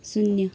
शून्य